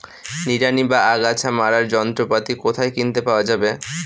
নিড়ানি বা আগাছা মারার যন্ত্রপাতি কোথায় কিনতে পাওয়া যাবে?